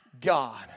God